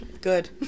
Good